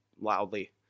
loudly